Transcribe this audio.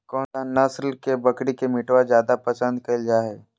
कौन सा नस्ल के बकरी के मीटबा जादे पसंद कइल जा हइ?